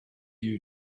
you